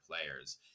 players